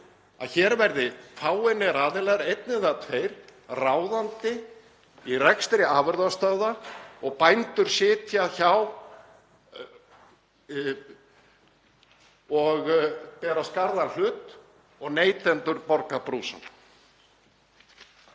að hér verði fáeinir aðilar, einn eða tveir, ráðandi í rekstri afurðastöðva og bændur sitji hjá og beri skarðan hlut og neytendur borgi brúsann.